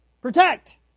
protect